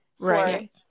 Right